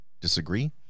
disagree